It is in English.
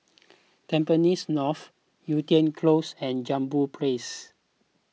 Tampines North Yew Tee Close and Jambol Place